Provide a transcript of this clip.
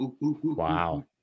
Wow